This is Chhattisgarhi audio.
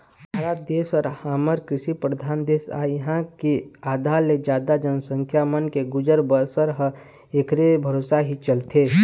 भारत देश ह हमर कृषि परधान देश आय इहाँ के आधा ले जादा जनसंख्या मन के गुजर बसर ह ऐखरे भरोसा ही चलथे